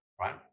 right